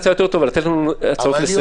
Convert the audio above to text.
--- ולתת לנו הצעות לסדר.